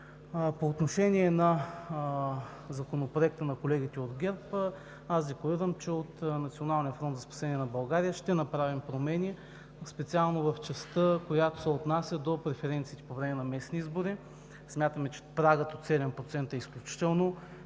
По отношение на законопроекта на колегите от ГЕРБ, декларирам, че от Националния фронт за спасение на България ще направим промени специално в частта, която се отнася до преференциите по време на местни избори. Смятаме, че прагът от 7% е изключително